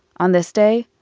on this day,